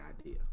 idea